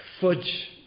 fudge